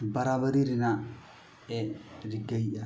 ᱵᱟᱨᱟᱵᱟᱨᱤ ᱨᱮᱱᱟᱜ ᱮ ᱨᱤᱠᱟᱹᱭᱮᱫᱼᱟ